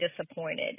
disappointed